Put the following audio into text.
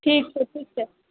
ठीक छै ठीक छै